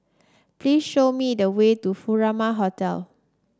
please show me the way to Furama Hotel